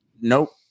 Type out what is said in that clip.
Nope